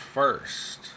first